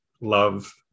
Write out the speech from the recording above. love